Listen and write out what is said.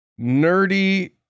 nerdy